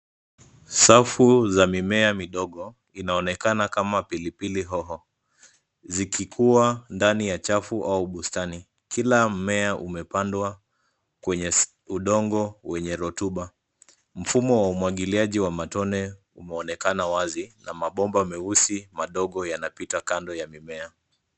Safu za mimea midogo, inaonekana kama pilipili hoho, zikikua ndani ya chafu au bustani. Kila mmea umepandwa kwenye udongo wenye rutuba. Mfumo wa umwagiliaji wa matone umeonekana wazi, na mabomba meusi madogo yanapita kando ya mimea.